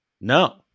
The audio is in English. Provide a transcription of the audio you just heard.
no